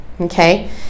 okay